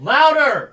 Louder